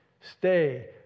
Stay